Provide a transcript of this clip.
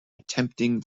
attempting